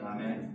Amen